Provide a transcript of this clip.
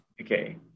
okay